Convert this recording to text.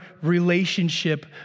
relationship